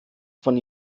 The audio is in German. von